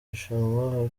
rushanwa